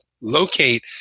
locate